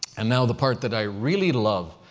and now the part that i really love,